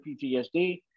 PTSD